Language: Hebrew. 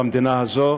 במדינה הזו,